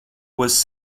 was